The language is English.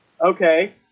Okay